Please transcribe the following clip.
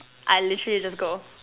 I literally just go